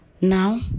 Now